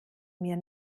mir